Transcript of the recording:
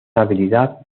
habilidad